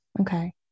Okay